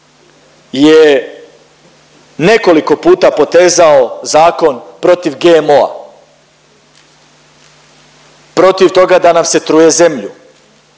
je nekoliko puta potezao zakon protiv GMO-a. Protiv toga da nam se truje zemlju.